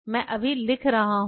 मैं अभी लिख रहा हूं